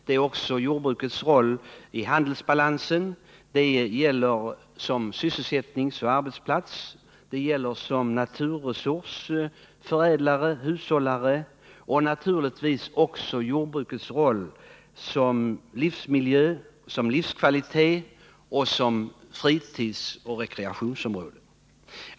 Det gäller också jordbrukets roll i handelsbalansen, för sysselsättningen och som arbetsplats. Det gäller jordbrukets roll som naturresurs, förädlare och hushållare samt naturligtvis också dess roll som livsmiljö med livskvalitet och fritidsoch rekreationsområde.